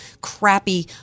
crappy